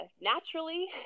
naturally